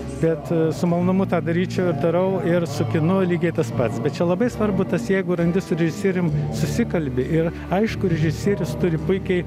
bet su malonumu tą daryčiau darau ir su kinu lygiai tas pats bet čia labai svarbu tas jeigu randi su režisierium susikalbi ir aišku režisierius turi puikiai